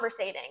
conversating